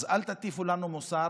אז אל תטיפו לנו מוסר,